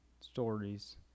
stories